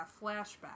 flashback